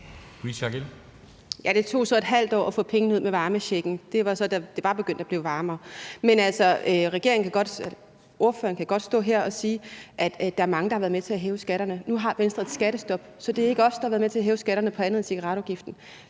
Det tog så et halvt år at få pengene ud, hvad angår varmechecken. Det skete så, da det var begyndt at blive varmere. Men ordføreren kan godt stå her og sige, at der er mange, der har været med til at hæve skatterne. Nu har Venstre et skattestop, så det er ikke os, der har været med til at hæve skatterne på andet end cigaretafgiften.